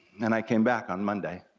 and i came back on monday,